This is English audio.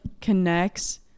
connects